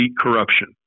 corruption